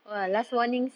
ya